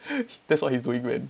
that's what he's doing man